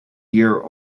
year